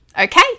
Okay